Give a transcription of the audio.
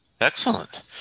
Excellent